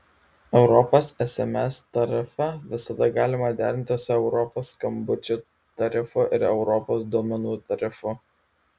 europos sms tarifą visada galima derinti su europos skambučių tarifu ir europos duomenų tarifu